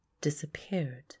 disappeared